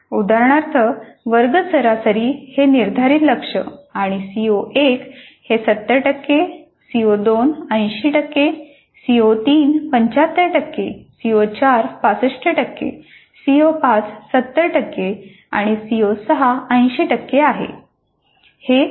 उदाहरणार्थ वर्ग सरासरी हे निर्धारित लक्ष्य आणि सीओ 1 हे 70 टक्के सीओ 2 80 टक्के सीओ 3 75 टक्के सीओ 4 65 टक्के सीओ 5 70 टक्के सीओ 6 80 टक्के आहे